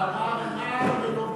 הוא אמר "נער", ולא "בער".